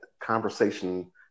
conversation